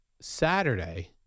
Saturday